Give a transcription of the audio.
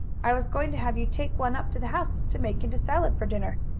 i was going to have you take one up to the house to make into salad for dinner.